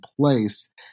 place